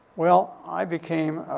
well, i became,